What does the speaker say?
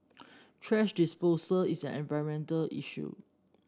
thrash disposal is an environmental issue